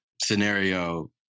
scenario